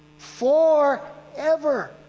forever